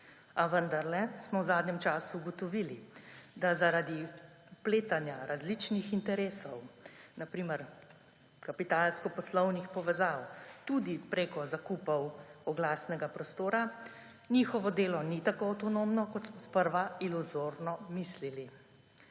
a vendarle smo v zadnjem času ugotovili, da zaradi vpletanja različnih interesov, na primer kapitalsko-poslovnih povezav tudi preko zakupov oglasnega prostora, njihovo delo ni tako avtonomno, kot smo sprva iluzorno mislili.